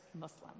Muslim